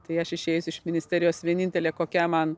tai aš išėjus iš ministerijos vienintelė kokia man